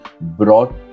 brought